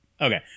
Okay